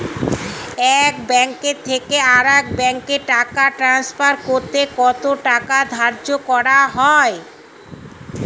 এক ব্যাংক থেকে আরেক ব্যাংকে টাকা টান্সফার করতে কত টাকা ধার্য করা হয়?